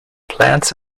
plants